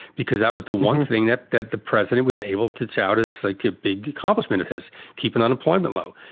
because that was the one thing that that the president was able to tout as like a big accomplishment of his keeping unemployment low.